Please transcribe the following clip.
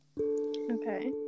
Okay